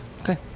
Okay